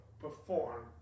perform